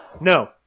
no